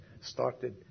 started